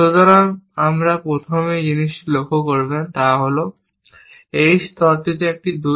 সুতরাং আপনি প্রথম যে জিনিসটি লক্ষ্য করবেন তা হল এই স্তরটিতে একটি 2